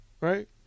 Right